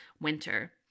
winter